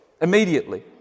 immediately